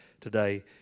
today